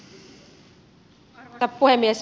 arvoisa puhemies